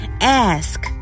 ask